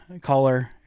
caller